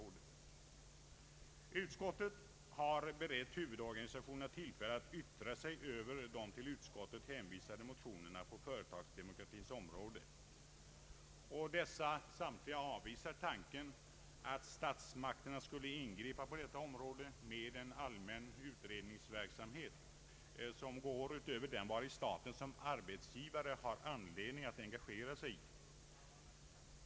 Utskottet har berett huvudorganisationerna tillfälle att yttra sig över de till utskottet hänvisade motionerna på företagsdemokratins område. Samtliga avvisar tanken att statsmakterna skulle ingripa på detta område med en allmän utredningsverksamhet som går utöver den vari staten som arbetsgivare har anledning att engagera sig.